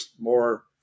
more